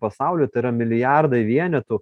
pasauly tai yra milijardai vienetų